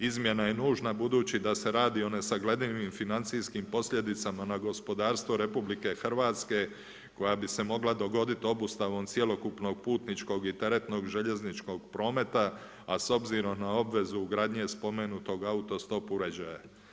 Izmjena je nužna, budući da se radi o nesagledivim financijskim posljedicama na gospodarstvo RH, koja bi se mogla dogoditi obustavom cjelokupnog putničkog i teretnog, željezničkog prometa, a s obzirom na obvezu ugradnje spomenutog auto stop uređaja.